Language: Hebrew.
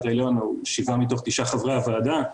העליון הוא שבעה מתוך תשעה חברי הוועדה,